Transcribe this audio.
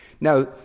Now